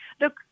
look